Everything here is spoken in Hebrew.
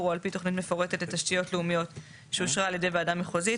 או על פי תוכנית מפורטת לתשתיות לאומיות שאושרה על ידי ועדה מחוזית,